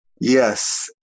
Yes